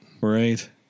Right